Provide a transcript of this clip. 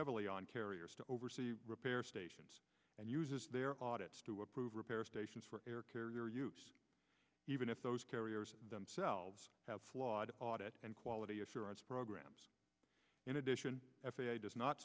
heavily on carriers to oversee repair stations and uses their audit to approve repair stations for air carrier use even if those carriers themselves have flawed audit and quality assurance programs in addition f a a does not